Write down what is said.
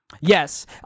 Yes